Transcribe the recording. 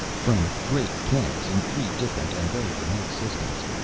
from great planets in three different and very remote systems.